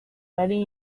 many